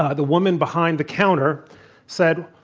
ah the woman behind the counter said,